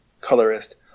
colorist